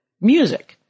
music